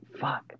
fuck